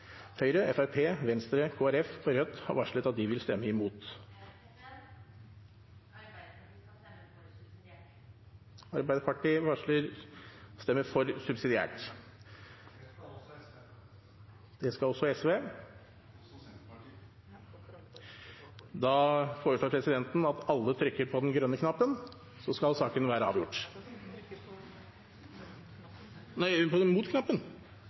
Høyre, Fremskrittspartiet, Venstre, Kristelig Folkeparti og Rødt har varslet at de vil stemme imot. President! Arbeidarpartiet skal stemme imot subsidiært. Det skal også Sosialistisk Venstreparti. Det skal også Senterpartiet. Da foreslår presidenten at alle trykker på den røde knappen, altså på mot-knappen, så